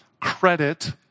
credit